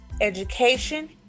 education